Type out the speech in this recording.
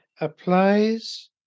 applies